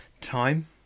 Time